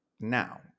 now